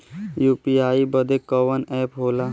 UPI बदे कवन app होला?